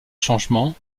changement